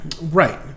right